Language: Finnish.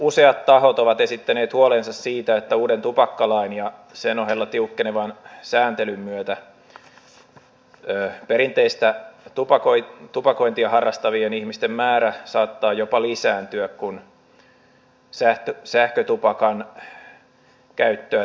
useat tahot ovat esittäneet huolensa siitä että uuden tupakkalain ja sen ohella tiukkenevan sääntelyn myötä perinteistä tupakointia harrastavien ihmisten määrä saattaa jopa lisääntyä kun sähkötupakan käyttöä tiukennetaan